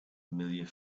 familiar